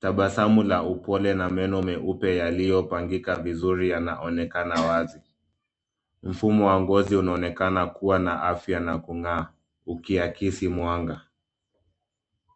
Tabasamu la upole, na meno meupe yaliyopangika vizuri yanaonekana wazi. Mfumo wa ngozi unaonekana kuwa na afya na kung'aa, ukiakisi mwanga.